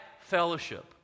fellowship